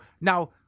now